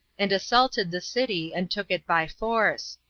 and assaulted the city, and took it by force.